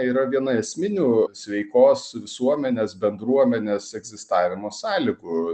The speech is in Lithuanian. yra viena esminių sveikos visuomenės bendruomenės egzistavimo sąlygų